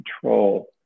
control